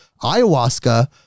ayahuasca